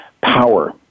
Power